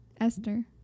Esther